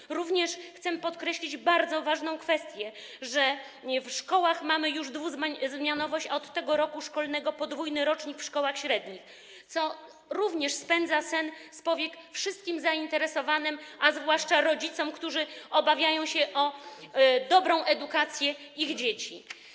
Chcę również podkreślić bardzo ważną kwestię: w szkołach mamy już dwuzmianowość, od tego roku szkolnego podwójny rocznik w szkołach średnich, co również spędza sen z powiek wszystkim zainteresowanym, a zwłaszcza rodzicom, którzy obawiają się o dobrą edukację ich dzieci.